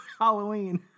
Halloween